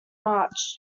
march